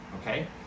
okay